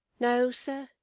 no, sir,